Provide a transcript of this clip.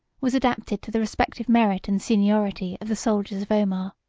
was adapted to the respective merit and seniority of the soldiers of omar.